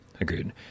Agreed